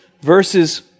verses